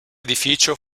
edificio